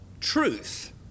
truth